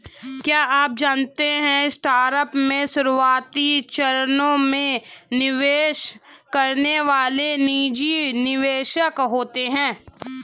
क्या आप जानते है स्टार्टअप के शुरुआती चरणों में निवेश करने वाले निजी निवेशक होते है?